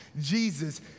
Jesus